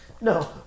No